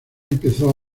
empezó